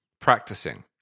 practicing